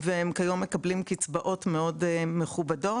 וכיום מקבלים קצבאות מאוד מכובדות.